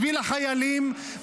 בשביל החיילים,